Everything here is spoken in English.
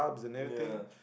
ya